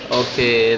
okay